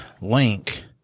link